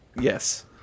Yes